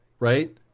Right